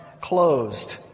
closed